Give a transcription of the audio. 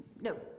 no